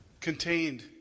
contained